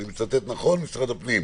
אני מדגיש,